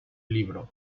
libro